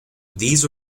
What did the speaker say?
these